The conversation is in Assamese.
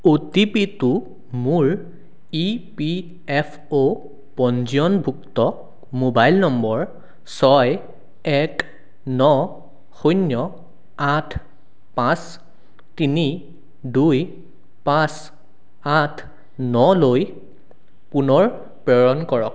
অ'টিপিটো মোৰ ইপিএফঅ' পঞ্জীয়নভুক্ত মোবাইল নম্বৰ ছয় এক ন শূন্য আঠ পাঁচ তিনি দুই পাঁচ আঠ নলৈ পুনৰ প্ৰেৰণ কৰক